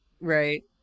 Right